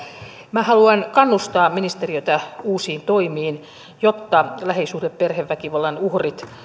minä haluan kannustaa ministeriötä uusiin toimiin jotta lähisuhde ja perheväkivallan uhrit